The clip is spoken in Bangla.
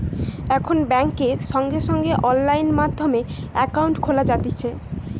এখন বেংকে সঙ্গে সঙ্গে অনলাইন মাধ্যমে একাউন্ট খোলা যাতিছে